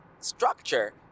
structure